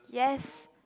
yes